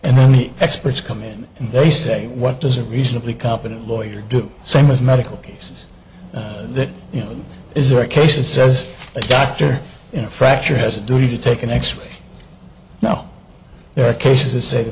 and then the experts come in and they say what does a reasonably competent lawyer do same as medical cases that you know is there a case that says if a doctor in a fracture has a duty to take an x ray now there are cases